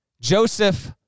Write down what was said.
Joseph